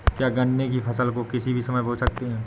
क्या गन्ने की फसल को किसी भी समय बो सकते हैं?